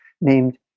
named